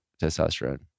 testosterone